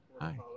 Hi